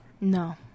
No